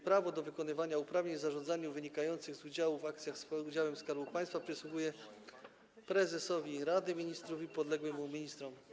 Prawo do wykonywania uprawnień w zarządzaniu wynikających z udziału w akcjach z udziałem Skarbu Państwa przysługuje prezesowi Rady Ministrów i podległym mu ministrom.